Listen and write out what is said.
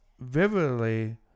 vividly